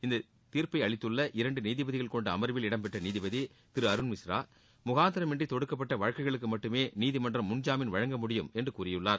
இத்தீர்ப்பை அளித்துள்ள இரண்டு நீதிபதிகள் கொண்ட அமர்வில் இடம்பெற்ற நீதிபதி திரு அருண் மிஸ்ரா முகாந்திரமின்றி தொடுக்கப்பட்ட வழக்குகளுக்கு மட்டுமே நீதிமன்றம் முன்ஜாமீன் வழங்க முடியும் என்று கூறியுள்ளார்